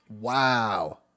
Wow